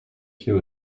pieds